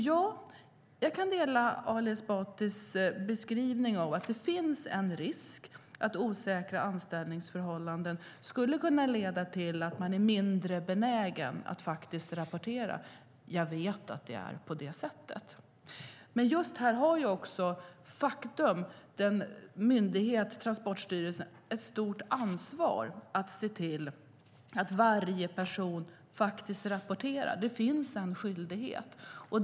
Ja, jag kan instämma i Ali Esbatis beskrivning att det finns en risk för att osäkra anställningsförhållanden leder till att man är mindre benägen att rapportera. Jag vet att det är på det sättet. Men här har myndigheten, Transportstyrelsen, ett stort ansvar för att se till att varje person faktiskt rapporterar. Det finns en skyldighet.